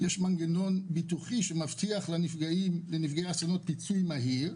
יש מנגנון ביטוחי המבטיח לנפגעי אסון פיצוי מהיר,